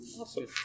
Awesome